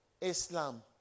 Islam